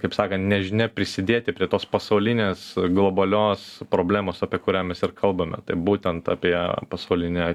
kaip sakant nežinia prisidėti prie tos pasaulinės globalios problemos apie kurią mes ir kalbame tai būtent apie pasaulinį